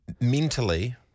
mentally